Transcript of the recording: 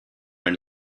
and